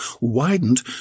widened